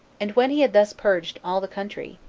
and when he had thus purged all the country,